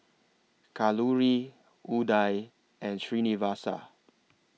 Kalluri Udai and Srinivasa